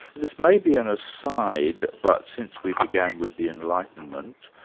this may be an aside, but since we began with the enlightenment,